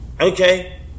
Okay